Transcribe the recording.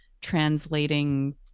translating